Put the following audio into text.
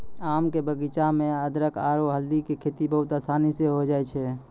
आम के बगीचा मॅ अदरख आरो हल्दी के खेती बहुत आसानी स होय जाय छै